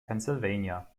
pennsylvania